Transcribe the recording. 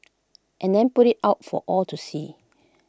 and then put IT out for all to see